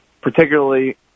particularly